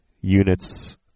units